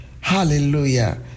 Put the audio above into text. Hallelujah